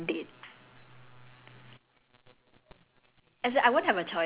I just thinking about what situation I would meet a future significant other I think it would be blind date